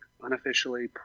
unofficially